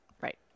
Right